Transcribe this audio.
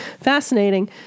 Fascinating